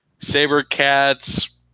Sabercats